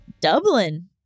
Dublin